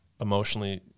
emotionally